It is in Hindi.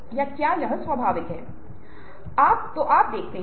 आप क्या निर्णय लेते हैं